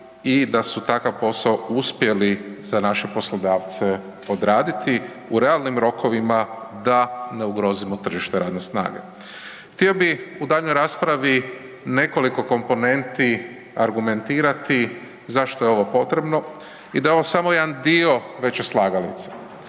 i da su takav posao uspjeli za naše poslodavce odraditi u realnim rokovima da ne ugrozimo tržište radne snage. Htio bih u daljnjoj raspravi nekoliko komponenti argumentirati zašto je ovo potrebno i da je ovo samo jedan dio veće slagalice.